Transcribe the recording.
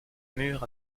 mur